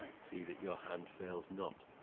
see that your hand fails not,